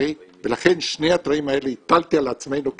לכן שני הדברים האלה, הטלתי על עצמנו כמגבלה,